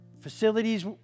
facilities